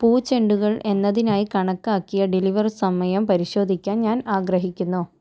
പൂച്ചെണ്ടുകൾ എന്നതിനായി കണക്കാക്കിയ ഡെലിവർ സമയം പരിശോധിക്കാൻ ഞാൻ ആഗ്രഹിക്കുന്നു